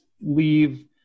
Leave